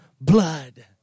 blood